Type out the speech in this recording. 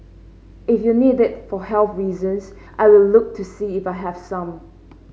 if you need it for health reasons I will look to see if I have some